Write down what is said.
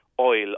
oil